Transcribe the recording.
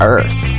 Earth